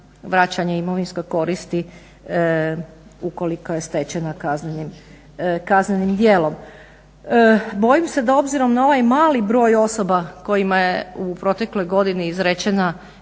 vraćanja imovinske koristi ukoliko je stečena kaznenim djelom. Bojim se da obzirom na ovaj mali broj osoba kojima je u protekloj godini izrečeno